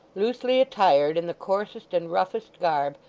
loosely attired, in the coarsest and roughest garb,